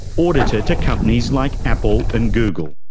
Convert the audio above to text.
auditor to companies like apple and google.